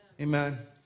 Amen